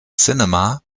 cinema